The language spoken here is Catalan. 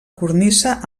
cornisa